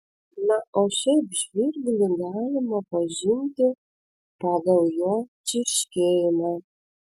na o šiaip žvirblį galima pažinti pagal jo čirškėjimą